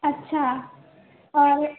अछा और